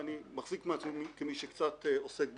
וגם הייתי בדיונים המשפטיים שעסקו בנושא.